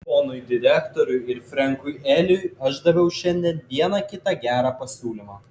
ponui direktoriui ir frenkui eliui aš daviau šiandien vieną kitą gerą pasiūlymą